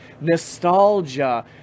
nostalgia